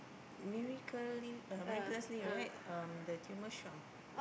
miracly miraculously right uh the tumor shrunk